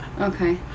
Okay